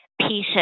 pieces